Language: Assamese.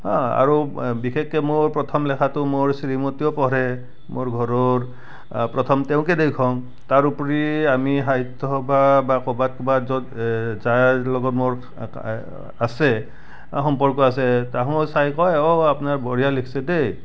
হা আৰু বিশেষকৈ মোৰ প্ৰথম লেখাটো মোৰ শ্ৰীমতীও পঢ়ে মোৰ ঘৰৰ প্ৰথম তেওঁকে দেখুৱাওঁ তাৰ ওপৰি আমি সাহিত্য সভা বা ক'ৰবাত বা য'ত যাৰ লগত মোৰ আছে সম্পৰ্ক আছে তাহোনে চাই কয় অ আপোনাৰ বঢ়িয়া লিখিছে দেই